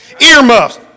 earmuffs